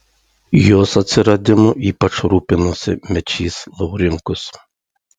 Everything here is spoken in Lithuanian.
jos atsiradimu ypač rūpinosi mečys laurinkus